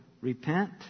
repent